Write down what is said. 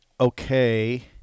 Okay